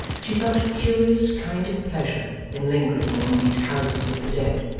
she felt a curious kind of pleasure in lingering among these houses of the dead,